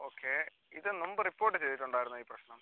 okay ഇത് നുമ്പ് report ചെയ്തിട്ടുണ്ടായിരുന്നോ ഈ പ്രശ്നം